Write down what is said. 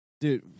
Dude